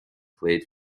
played